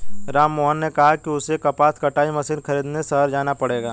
राममोहन ने कहा कि उसे कपास कटाई मशीन खरीदने शहर जाना पड़ेगा